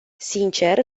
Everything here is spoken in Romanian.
sincer